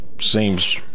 seems